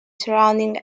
surrounding